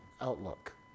outlook